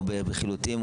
משטרת ישראל) או בחילוטים.